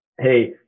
Hey